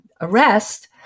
arrest